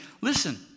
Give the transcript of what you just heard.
listen